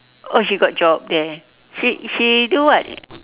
oh she got job there she she do what